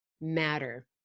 matter